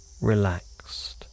relaxed